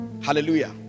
hallelujah